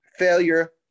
Failure